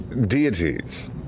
deities